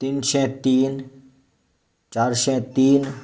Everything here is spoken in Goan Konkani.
तीनशें तीन चारशें तीन